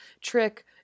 trick